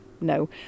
no